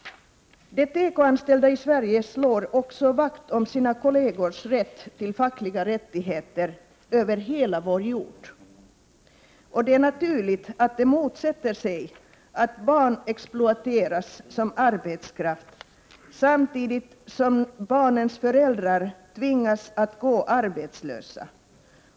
De tekoanställda i Sverige slår också vakt om sina kollegers rätt till fackliga rättigheter över hela vår jord. Det är naturligt att de anställda i Sverige motsätter sig att barn exploateras som arbetskraft, samtidigt som barnens föräldrar tvingas att gå arbetslösa.